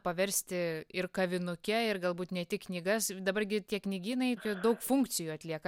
paversti ir kavinuke ir galbūt ne tik knygas dabar gi tie knygynai daug funkcijų atlieka